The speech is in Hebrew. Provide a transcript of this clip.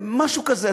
משהו כזה.